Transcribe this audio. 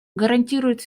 гарантирует